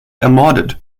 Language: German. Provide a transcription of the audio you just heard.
ermordet